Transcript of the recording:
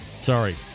Sorry